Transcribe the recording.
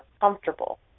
comfortable